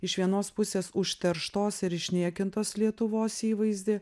iš vienos pusės užterštos ir išniekintos lietuvos įvaizdį